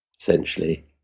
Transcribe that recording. essentially